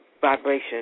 vibration